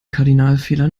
kardinalfehler